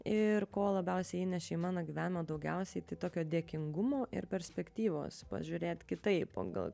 ir ko labiausiai įnešė į mano gyvenimą daugiausiai tai tokio dėkingumu ir perspektyvos pažiūrėt kitaip o gal